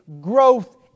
growth